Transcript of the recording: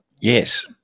Yes